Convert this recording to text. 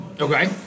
Okay